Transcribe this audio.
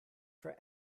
for